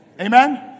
Amen